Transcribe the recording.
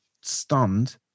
stunned